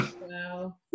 Wow